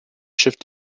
shift